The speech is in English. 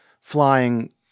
flying